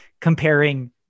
comparing